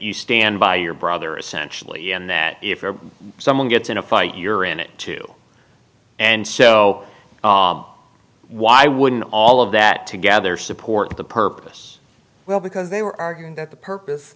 you stand by your brother essentially and that if someone gets in a fight you're in it too and so why wouldn't all of that together support the purpose well because they were arguing that the purpose